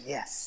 Yes